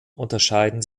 unterscheiden